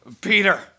Peter